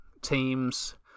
team's